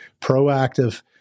proactive